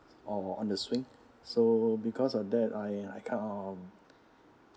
on on the swing so because of that I I kind of